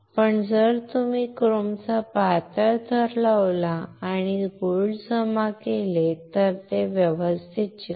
पण जर तुम्ही क्रोमचा पातळ थर लावला आणि सोने जमा केले तर ते व्यवस्थित चिकटते